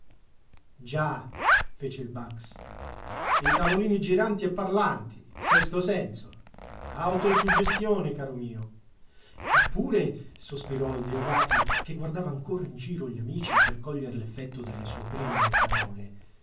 già fece il bax i tavolini giranti e parlanti sesto senso autosuggestione caro mio eppure sospirò il deodati che guardava ancora in giro gli amici per coglier l'effetto delle sue prime parole